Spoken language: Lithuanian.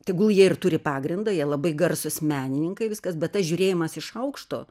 tegul jie ir turi pagrindo jie labai garsūs menininkai viskas bet tas žiūrėjimas iš aukšto